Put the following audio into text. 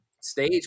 stage